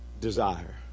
desire